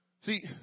See